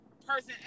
person